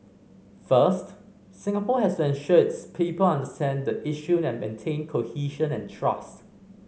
first Singapore has to ensure its people understand the issue and maintain cohesion and trust